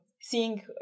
seeing